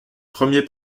premier